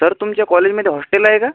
sir तुमच्या कॉलेजमध्ये hostel आहे का